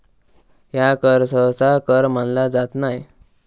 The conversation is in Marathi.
ह्या कर सहसा कर मानला जात नाय